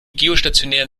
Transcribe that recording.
geostationären